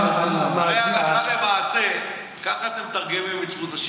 הרי הלכה למעשה ככה אתם מתרגמים את זכות השיבה.